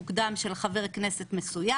הצעת חוק לדיון מוקדם של חבר כנסת מסוים.